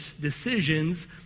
decisions